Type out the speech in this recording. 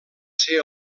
ser